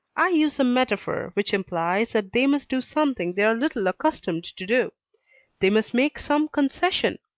i use a metaphor which implies that they must do something they are little accustomed to do they must make some concession.